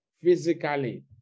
physically